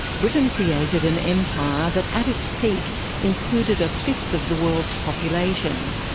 britain created an empire that at its peak included a fifth of the world's population.